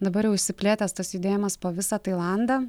dabar jau išsiplėtęs tas judėjimas po visą tailandą